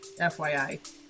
FYI